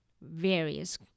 various